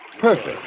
Perfect